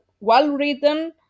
well-written